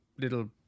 little